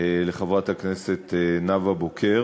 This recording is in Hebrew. לחברת הכנסת נאוה בוקר